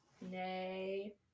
Nay